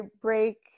break